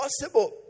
possible